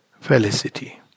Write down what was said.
felicity